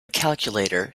calculator